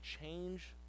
change